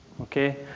okay